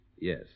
Yes